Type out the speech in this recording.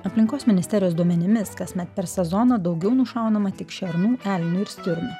aplinkos ministerijos duomenimis kasmet per sezoną daugiau nušaunama tik šernų elnių ir stirnų